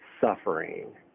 suffering